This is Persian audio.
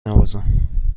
نوازم